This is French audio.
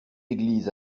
églises